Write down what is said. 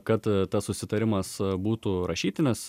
kad tas susitarimas būtų rašytinis